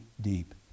deep